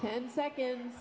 ten seconds